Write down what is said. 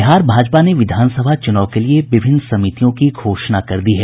बिहार भाजपा ने विधानसभा चुनाव के लिए विभिन्न समितियों की घोषणा कर दी है